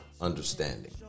understanding